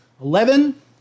Eleven